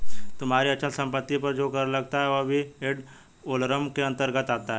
तुम्हारी अचल संपत्ति पर जो कर लगता है वह भी एड वलोरम कर के अंतर्गत आता है